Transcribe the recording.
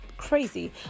crazy